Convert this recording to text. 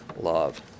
love